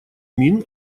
мин